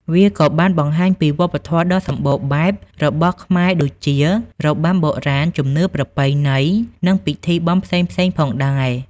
វាក៏បានបង្ហាញពី វប្បធម៌ដ៏សម្បូរបែប របស់ខ្មែរដូចជា របាំបុរាណ ជំនឿប្រពៃណី និងពិធីបុណ្យផ្សេងៗផងដែរ។